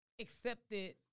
accepted